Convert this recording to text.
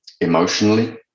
emotionally